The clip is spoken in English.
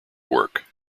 work